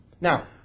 Now